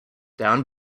down